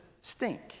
stink